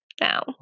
now